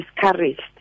discouraged